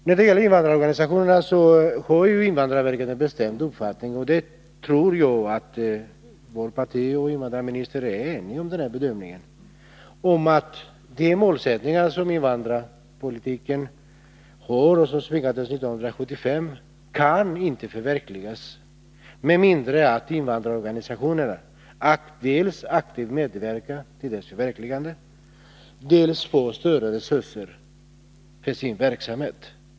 När det gäller invandrarorganisationerna har invandrarverket en bestämd uppfattning — och jag tror att invandrarministern i likhet med vårt parti kan ställa sig bakom den bedömningen — nämligen att målen för invandrarpolitiken inte kan förverkligas med mindre än att invandrarorganisationerna dels aktivt medverkar i arbetet för att uppnå dem, dels får större resurser för sin verksamhet.